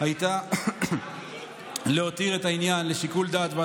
הייתה להותיר את העניין לשיקול דעת של